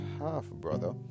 half-brother